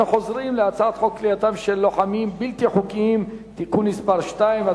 אנחנו חוזרים להצעת חוק כליאתם של לוחמים בלתי חוקיים (תיקון מס' 2),